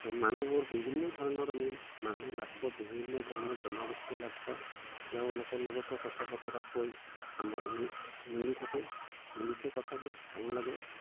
মানুহবোৰ বিভিন্ন ধৰণৰ আমি মানুহ লগ পাওঁ বিভিন্ন ধৰণৰ জনগোষ্ঠী লগ পাওঁ তেওঁলোকৰ লগতো কথা বতৰা কৈ আমাৰ মিলি থাকে মিলিছে কথাবোৰ ভাল লাগে